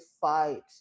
fight